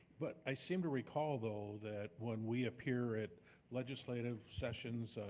but i seem to recall though, that when we appear at legislative sessions,